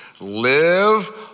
live